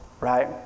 right